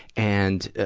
and